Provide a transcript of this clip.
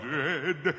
dead